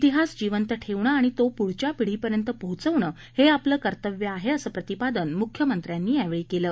प्रिहास जिवंत ठेवणं आणि तो पुढच्या पिढीपर्यंत पोचवणं हे आपलं कर्तव्य आहे असं प्रतिपादन मुख्यमंत्री उद्धव ठाकरे यांनी यावेळी केलं